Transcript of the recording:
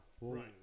Right